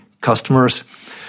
customers